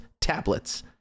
tablets